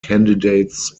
candidates